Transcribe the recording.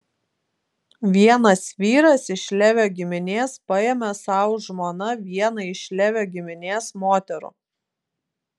vienas vyras iš levio giminės paėmė sau žmona vieną iš levio giminės moterų